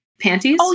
panties